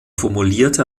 formulierte